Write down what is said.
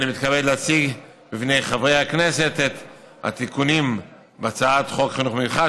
אני מתכבד להציג בפני חברי הכנסת את התיקונים בהצעת חוק חינוך מיוחד,